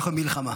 אנחנו במלחמה.